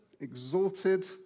exalted